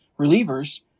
relievers